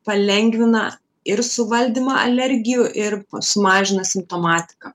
palengvina ir suvaldymą alergijų ir sumažina simptomatiką